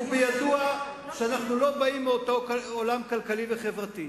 וידוע שאנחנו לא באים מאותו עולם כלכלי וחברתי,